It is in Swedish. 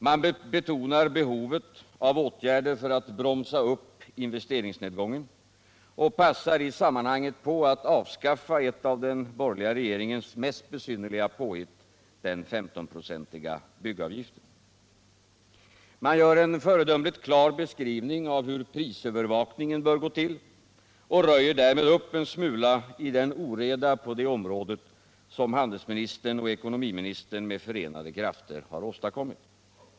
Man betonar behovet av åtgärder för att bromsa upp investeringsnedgången och passar i sammanhanget på att avskaffa ett av den borgerliga regeringens mest besynnerliga påhitt — den 15-procentiga byggavgiften. Man gör en föredömligt klar beskrivning av hur prisövervakningen bör gå till och röjer därmed upp en smula i den oreda på det området som handelsministern och ekonomiministern med förenade krafter har åstadkommit.